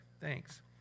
thanks